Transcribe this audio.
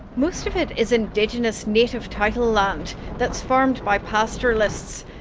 most of it is indigenous native title land that's farmed by pastoralists.